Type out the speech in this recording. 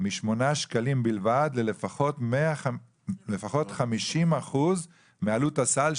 משמונה שקלים בלבד ללפחות 50% מעלות הסל,